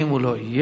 ואם הוא לא יהיה,